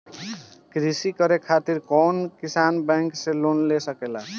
कृषी करे खातिर कउन किसान बैंक से लोन ले सकेला?